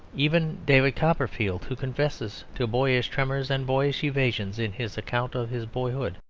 even david copperfield, who confesses to boyish tremors and boyish evasions in his account of his boyhood,